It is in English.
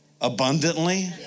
abundantly